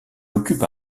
occupe